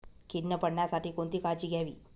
कीड न पडण्यासाठी कोणती काळजी घ्यावी?